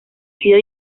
sido